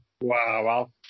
Wow